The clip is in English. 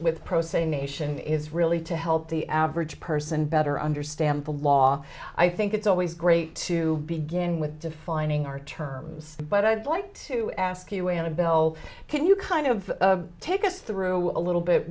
with pro se nation is really to help the average person better understand the law i think it's always great to begin with defining our terms but i'd like to ask you annabel can you kind of take us through a little bit